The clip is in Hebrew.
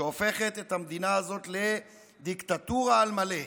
שהופכת את המדינה הזאת לדיקטטורה על מלא.